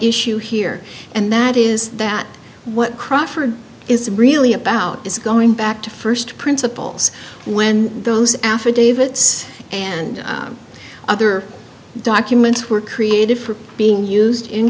issue here and that is that what crawford is really about is going back to first principles when those affidavits and other documents were created for being used in